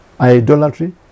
idolatry